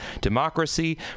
democracy